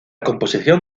composición